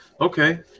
okay